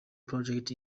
project